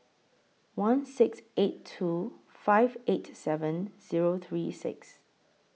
one six eight two five eight seven Zero three six